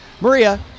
Maria